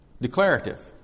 declarative